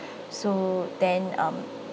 so then um